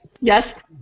Yes